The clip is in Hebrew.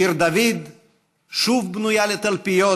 עיר דוד שוב בנויה לתלפיות